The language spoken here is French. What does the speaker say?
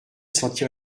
sentir